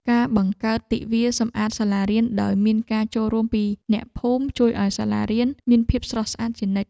ការបង្កើតទិវាសម្អាតសាលារៀនដោយមានការចូលរួមពីអ្នកភូមិ ជួយឱ្យសាលារៀនមានភាពស្រស់ស្អាតជានិច្ច។